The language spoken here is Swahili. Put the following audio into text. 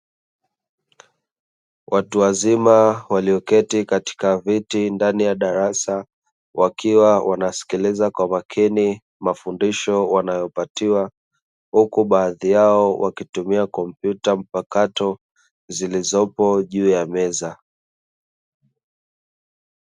Watu wazima walioketi katika viti ndani ya darasa wakiwa wanasikiliza kwa makini mafundisho wanayopatiwa huku baadhi yao wakitumia kompyuta mpakato zilizopo juu ya meza.